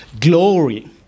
glory